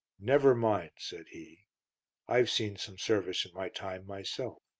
never mind, said he i've seen some service in my time, myself.